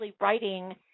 writing